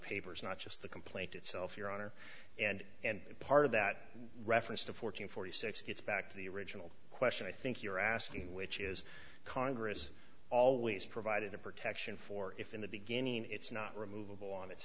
papers not just the complaint itself your honor and and part of that reference to fourteen forty six it's back to the original question i think you're asking which is congress always provided a protection for if in the beginning it's not removable on it